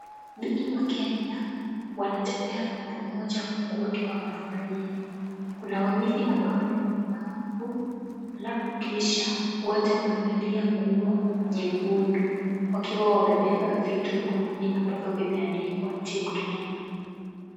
Biki wa Kenya wanatembea kwa pamoja huku wakiwa wamefurahia, kuna wawili ambao ni walemavu, alafu kisha wote wamevalia nguo nyekundu, wakiwa wamebeba vitu mkononi ambapo vimeandikwa TEAM LKENYA.